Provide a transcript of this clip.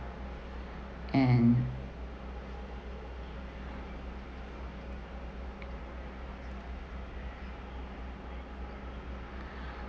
and